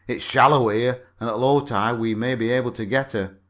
it's shallow here and at low tide we may be able to get her.